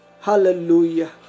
hallelujah